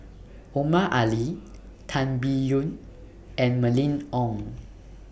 Omar Ali Tan Biyun and Mylene Ong